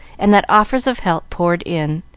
and that offers of help poured in.